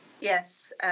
Yes